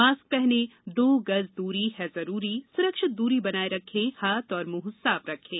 mask पहनें दो गज दूरी है जरूरी सुरक्षित दूरी बनाये रखें हाथ और मुंह साफ रखें